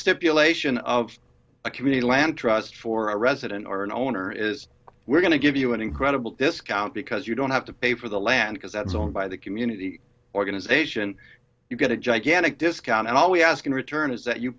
stipulation of a community land trust for a resident or an owner is we're going to give you an incredible discount because you don't have to pay for the land because that's owned by the community organization you get a gigantic discount and all we ask in return is that you